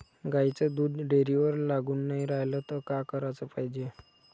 गाईचं दूध डेअरीवर लागून नाई रायलं त का कराच पायजे?